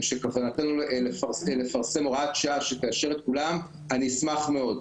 שבכוונתנו לפרסם הוראת שעה שתאשר את כולם אני אשמח מאוד,